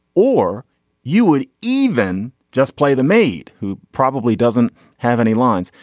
or you would even just play the maid who probably doesn't have any lines.